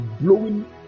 blowing